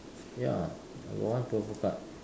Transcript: ya I got one purple card